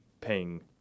paying